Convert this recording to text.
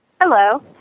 Hello